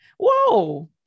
Whoa